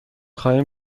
خواهیم